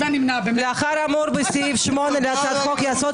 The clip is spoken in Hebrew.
האמור בסעיף 8 להצעת חוק-יסוד,